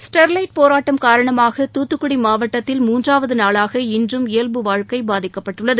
Sterlite போராட்டம் காரணமாக தூத்துக்குடி மாவட்டத்தில் மூன்றாவது நாளாக இன்றும் இயல்பு வாழ்க்கை பாதிக்கப்பட்டுள்ளது